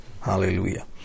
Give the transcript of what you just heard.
Hallelujah